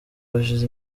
hashize